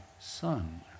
son